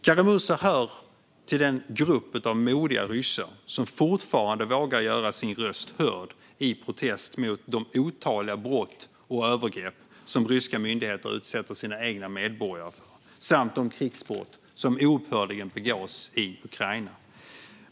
Kara-Murza hör till den grupp av modiga ryssar som fortfarande vågar göra sin röst hörd i protest mot de otaliga brott och övergrepp som ryska myndigheter utsätter sina egna medborgare för samt de krigsbrott som oupphörligen begås i Ukraina.